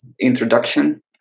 introduction